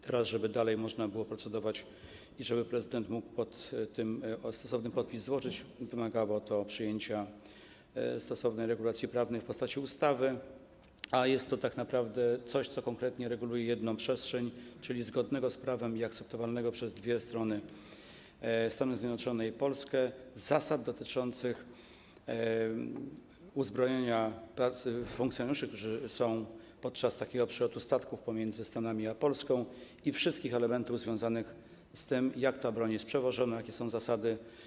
Teraz, żeby dalej można było procedować i żeby prezydent mógł złożyć pod tym stosowny podpis, wymagało to przyjęcia odpowiednich regulacji prawnych w postaci ustawy, a jest to tak naprawdę coś, co konkretnie reguluje jedną przestrzeń, czyli zgodnych z prawem i akceptowalnych przez dwie strony - Stany Zjednoczone i Polskę - zasad dotyczących uzbrojenia, pracy funkcjonariuszy, którzy są podczas takiego przelotu statków pomiędzy Stanami a Polską, i wszystkich elementów związanych z tym, jak ta broń jest przewożona, jakie są zasady.